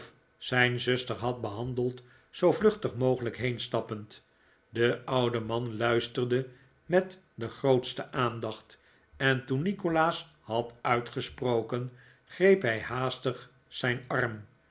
zijn zuster had behandeld zoo vluchtig mogelijk heen stappend de oude man luisterde met de grootste aandacht en toen nikolaas had uitgesproken greep hij haastig zijn arm